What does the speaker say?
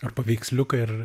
ar paveiksliukai ar